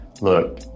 look